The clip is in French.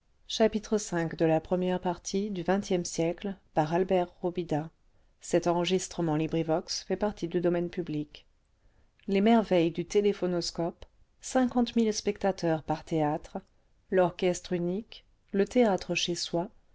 les merveilles du téléphonoscopecinquante téléphonoscopecinquante spectateurs par théâtre l'orchestre unique le théâtre chez soi